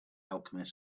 alchemist